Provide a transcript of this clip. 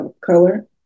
color